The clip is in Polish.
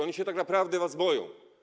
Oni się tak naprawdę was boją.